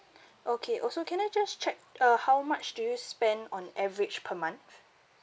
okay also can I just check uh how much do you spend on average per month